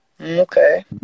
Okay